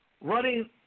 running